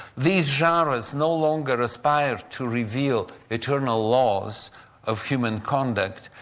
these genres no longer aspired to reveal eternal laws of human conduct,